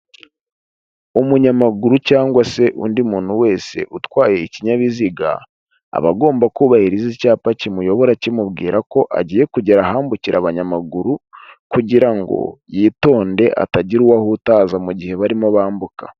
Umunyamaguru cyangwa se undi muntu wese utwaye ikinyabiziga, aba agomba kubahiriza icyapa kimuyobora kimubwira ko agiye kugera ahambukira abanyamaguru kugira ngo yitonde atagira uwo ahutaza mu gihe barimo bambuka.